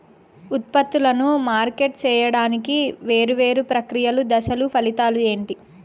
ఉత్పత్తులను మార్కెట్ సేయడానికి వేరువేరు ప్రక్రియలు దశలు ఫలితాలు ఏంటి?